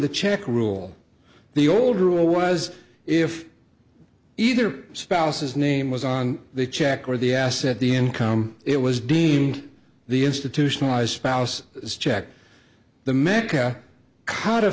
the check rule the old rule was if either spouse's name was on the check or the asset the income it was deemed the institutionalized spouse is checked the meca